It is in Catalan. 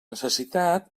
necessitat